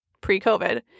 pre-COVID